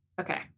Okay